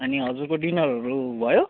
अनि हजुरको डिनरहरू भयो